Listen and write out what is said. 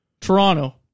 Toronto